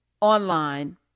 online